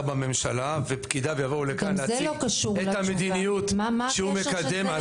בממשלה ופקידיו יבואו לכאן להציג את המדיניות שהוא מקדם.